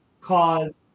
cause